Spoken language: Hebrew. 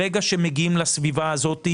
ברגע שמגיעים לסביבה הזאת,